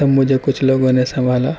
تب مجھے کچھ لوگوں نے سنبھالا